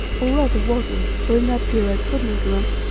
or rather waddled, for in that gear i could not run,